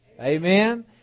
Amen